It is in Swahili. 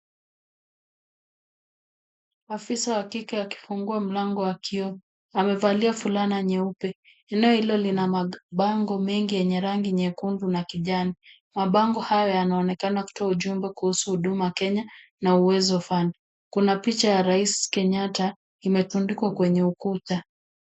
Afisa wa kike akifungua mlango wa kioo. Amevalia fulana nyeupe nalo hilo lina mabango ya nyekundu na kijani. Mabango hayo yanaonekana kutuua ujumbe kuhusu huduma kenya na uwezo fund. Kuna picha ya rais kenyatta imetandikwa kwenye ukuta.